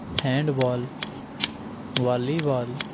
handball volleyball